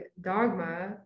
dogma